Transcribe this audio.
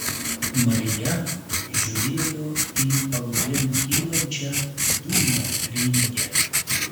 marija žiūrėjo į palubėn kylančią dūmo ringę